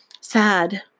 sad